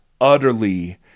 utterly